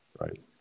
right